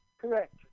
Correct